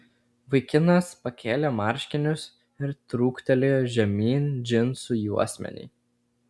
vaikinas pakėlė marškinius ir truktelėjo žemyn džinsų juosmenį